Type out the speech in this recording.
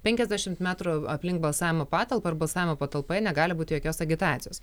penkiasdešimt metrų aplink balsavimo patalpą ir balsavimo patalpoje negali būti jokios agitacijos